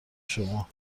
شما